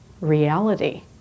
reality